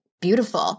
beautiful